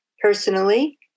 personally